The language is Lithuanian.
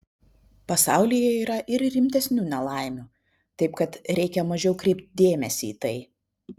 pasaulyje yra ir rimtesnių nelaimių taip kad reikia mažiau kreipt dėmesį į tai